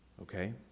okay